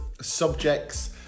subjects